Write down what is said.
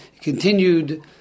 continued